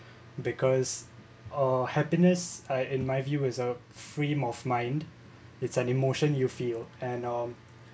because uh happiness I in my view is a free of mind it's an emotion you feel and um